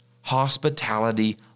Hospitality